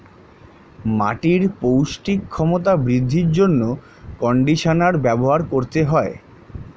মাটির পৌষ্টিক ক্ষমতা বৃদ্ধির জন্য কন্ডিশনার ব্যবহার করতে হয়